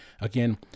again